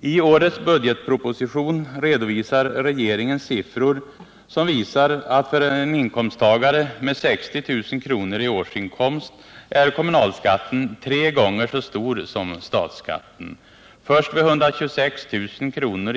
I årets budgetproposition redovisar regeringen siffror som visar att för en inkomsttagare med 60 000 kr. i årsinkomst är kommunalskatten tre gånger så stor som statsskatten. Först vid 126 000 kr.